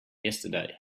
yesterday